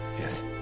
Yes